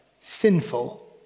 sinful